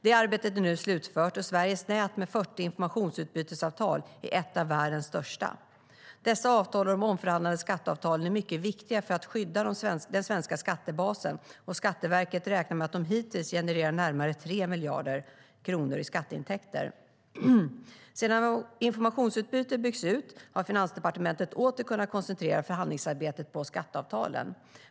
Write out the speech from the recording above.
Det arbetet är nu slutfört, och Sveriges nät med 40 informationsutbytesavtal är ett av världens största. Dessa avtal och de omförhandlade skatteavtalen är mycket viktiga för att skydda den svenska skattebasen, och Skatteverket beräknar att de hittills genererat närmare 3 miljarder kronor i skatteintäkter. Sedan informationsutbytet byggts ut har Finansdepartementet åter kunnat koncentrera förhandlingsarbetet på skatteavtalen.